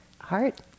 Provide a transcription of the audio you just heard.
heart